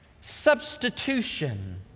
substitution